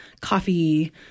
coffee